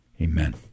amen